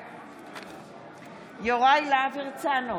בעד יוראי להב הרצנו,